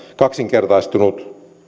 kaksinkertaistunut